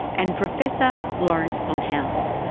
and professor lawrence sondhaus,